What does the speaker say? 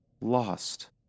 lost